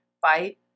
fight